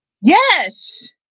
Yes